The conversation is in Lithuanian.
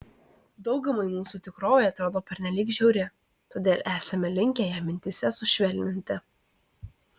daugumai mūsų tikrovė atrodo pernelyg žiauri todėl esame linkę ją mintyse sušvelninti